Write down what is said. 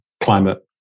climate